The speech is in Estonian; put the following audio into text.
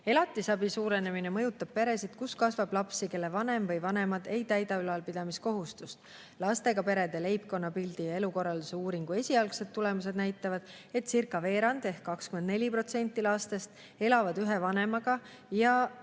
Elatisabi suurenemine mõjutab peresid, kus kasvab lapsi, kelle vanem või vanemad ei täida ülalpidamiskohustust. Lastega perede leibkonnapildi ja elukorralduse uuringu esialgsed tulemused näitavad, etcircaveerand ehk 24% lastest elavad ühe vanemaga ja